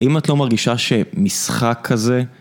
אם את לא מרגישה שמשחק כזה...